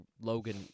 Logan